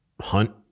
hunt